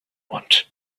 want